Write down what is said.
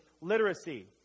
literacy